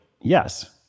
yes